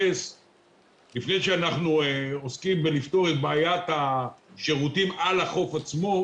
לפני שאנחנו עוסקים בלפתור את בעיית השירותים על החוף עצמו,